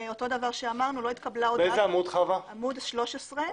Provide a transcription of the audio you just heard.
בתצהיר, עמוד 13,